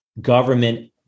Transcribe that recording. government